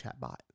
chatbot